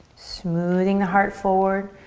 smoothing the heart forward,